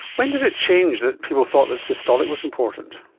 when did it change that people thought that systolic was important?